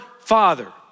father